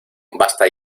basta